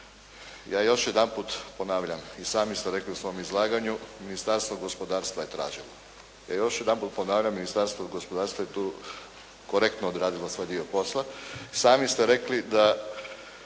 ja još jedanput ponavljam i sami ste rekli u svom izlaganju, Ministarstvo gospodarstva je tražilo. Ja još jedanput ponavljam, Ministarstvo gospodarstva je tu korektno odradilo svoj dio posla. Sami ste rekli da